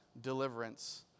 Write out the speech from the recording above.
deliverance